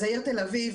אז העיר תל אביב,